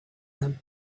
them